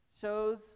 shows